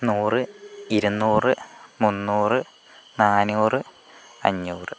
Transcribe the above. നൂറ് ഇരുന്നൂറ് മുന്നൂറ് നാനൂറ് അഞ്ഞൂറ്